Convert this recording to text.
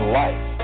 life